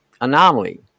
anomaly